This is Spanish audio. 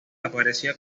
aparecía